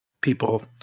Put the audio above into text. people